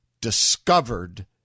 discovered